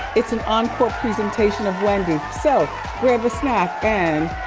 it's an encore presentation of wendy. so grab a snack and